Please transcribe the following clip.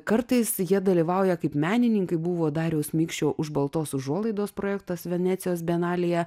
kartais jie dalyvauja kaip menininkai buvo dariaus mikšio už baltos užuolaidos projektas venecijos bienalėje